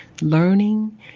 learning